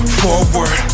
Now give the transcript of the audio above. forward